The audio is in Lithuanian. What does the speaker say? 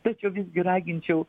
tačiau visgi raginčiau